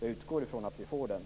Jag utgår från att vi får den.